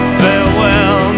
farewell